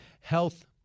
health